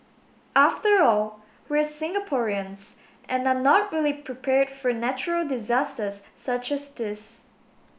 after all we're Singaporeans and are not really prepared for natural disasters such as this